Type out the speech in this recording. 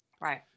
Right